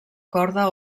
corda